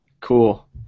Cool